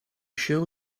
show